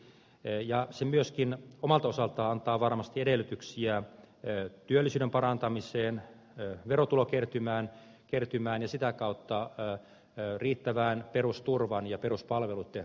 se myöskin omalta osaltaan antaa varmasti edellytyksiä työllisyyden parantamiseen verotulokertymään ja sitä kautta riittävään perusturvan ja peruspalveluitten rahoittamiseen